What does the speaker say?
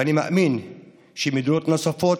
ואני מאמין שמדינות נוספות,